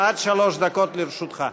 עד שלוש דקות לרשות אדוני.